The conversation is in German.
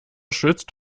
schützt